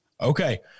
Okay